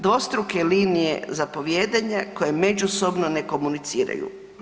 Dvostruke linije zapovijedanja koje međusobno ne komuniciraju.